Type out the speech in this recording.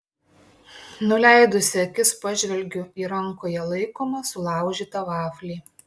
nuleidusi akis pažvelgiu į rankoje laikomą sulaužytą vaflį